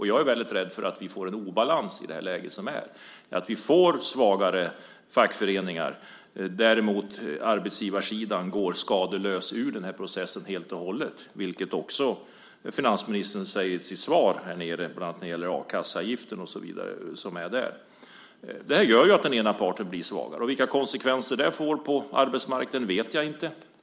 Jag är mycket rädd för att vi i det läge som nu är får en obalans, att vi får svagare fackföreningar medan arbetsgivarsidan går helt skadeslös ur den här processen. Det talar ju också finansministern om i sitt svar. Bland annat gäller det a-kasseavgiften. Det här gör att den ena parten blir svagare. Vilka konsekvenser det får på arbetsmarknaden vet jag inte.